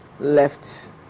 left